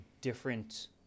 different